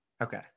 Okay